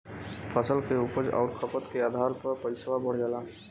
फसल के उपज आउर खपत के आधार पे पइसवा बढ़ जाला